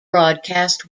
broadcast